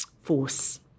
force